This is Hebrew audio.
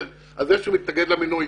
על זה שהוא מתנגד למינוי,